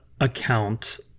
account